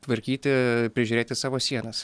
tvarkyti prižiūrėti savo sienas